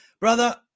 Brother